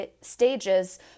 stages